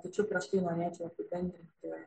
tačiau prieš tai norėčiau apibendrinti